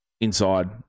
inside